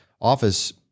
office